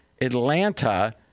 Atlanta